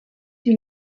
die